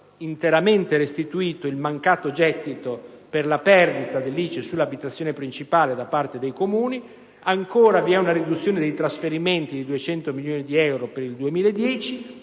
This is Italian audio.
interamente restituito il mancato gettito per la perdita dell'ICI sull'abitazione principale ai Comuni. Si evidenzia inoltre ancora una riduzione dei trasferimenti di 200 milioni di euro per il 2010,